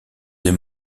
des